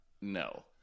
no